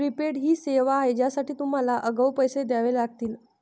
prepaid ही सेवा आहे ज्यासाठी तुम्हाला आगाऊ पैसे द्यावे लागतील